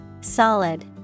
Solid